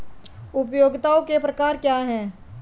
उपयोगिताओं के प्रकार क्या हैं?